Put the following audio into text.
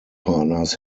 partners